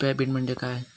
UPI PIN म्हणजे काय?